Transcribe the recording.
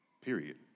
Period